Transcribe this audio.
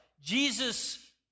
Jesus